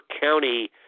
county